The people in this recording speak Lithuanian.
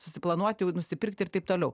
susiplanuoti jau nusipirkti ir taip toliau